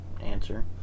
answer